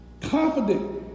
confident